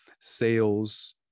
sales